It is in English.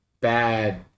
Bad